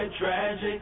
tragic